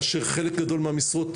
כאשר חלק גדול מהמשרות,